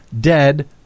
dead